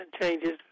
changes